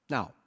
Now